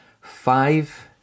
five